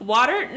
Water